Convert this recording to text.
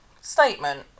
Statement